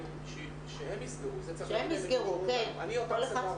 אני שם אותך על